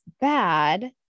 bad